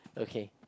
okay